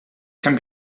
can